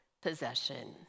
possession